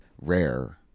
rare